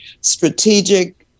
strategic